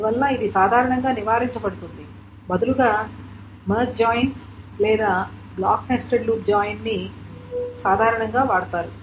అందువల్ల ఇది సాధారణంగా నివారించబడుతుంది బదులుగా మెర్జ్ జాయిన్ లేదా బ్లాక్ నెస్టెడ్ లూప్ జాయిన్ ని జనరల్ గా వాడతారు